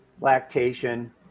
lactation